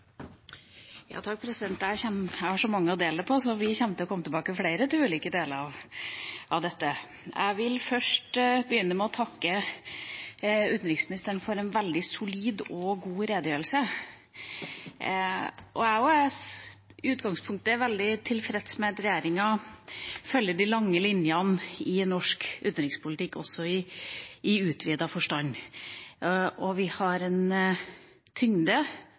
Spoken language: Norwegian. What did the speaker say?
har så mange å dele på, så vi kommer til å komme tilbake flere ganger til ulike deler av dette. Jeg vil først begynne med å takke utenriksministeren for en veldig solid og god redegjørelse. Jeg er også i utgangspunktet veldig tilfreds med at regjeringa følger de lange linjene i norsk utenrikspolitikk, også i utvidet forstand. Vi har en tyngde